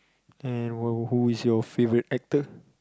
and who is your favourite actor